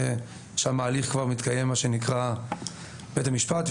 ושם ההליך כבר מתקיים בבית המשפט,